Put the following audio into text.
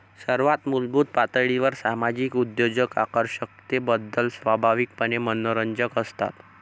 सर्वात मूलभूत पातळीवर सामाजिक उद्योजक आकर्षकतेबद्दल स्वाभाविकपणे मनोरंजक असतात